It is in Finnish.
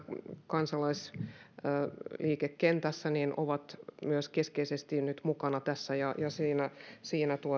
kansalaisliikekentässä ovat myös keskeisesti nyt mukana tässä ja siinä siinä